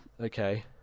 Okay